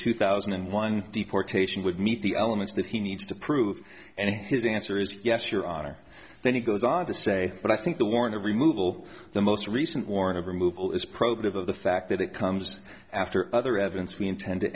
two thousand and one deportation would meet the elements that he needs to prove and his answer is yes your honor then he goes on to say but i think the warrant of remove will the most recent warrant of removal is probative of the fact that it comes after other evidence we intend to